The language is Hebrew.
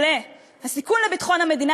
הסיכון לביטחון המדינה,